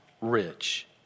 rich